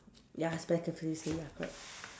ya ya correct